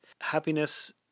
happiness